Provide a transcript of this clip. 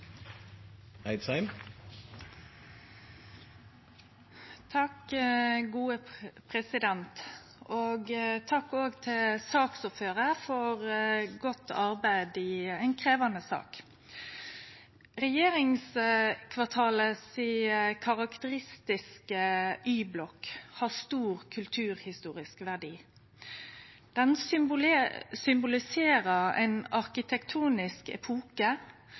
Takk til saksordføraren for godt arbeid i ei krevjande sak. Den karakteristiske Y-blokka i regjeringskvartalet har stor kulturhistorisk verdi. Ho symboliserer ein arkitektonisk